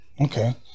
Okay